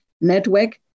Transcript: Network